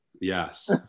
Yes